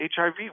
HIV